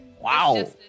Wow